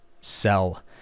sell